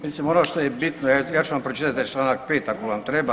Mislim ono što je bitno, ja ću vam pročitati taj Članak 5., ako vam treba